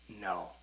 No